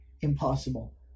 impossible